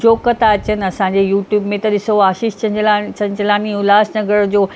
joke था अचनि असांजे युट्युब में त ॾिसो आशीष चंचलान चंचलानी उल्हासनगर जो